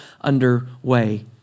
underway